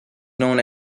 known